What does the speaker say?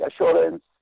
assurance